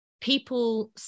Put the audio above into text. people